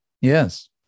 yes